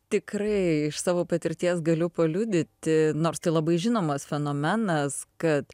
tikrai iš savo patirties galiu paliudyti nors tai labai žinomas fenomenas kad